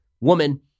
woman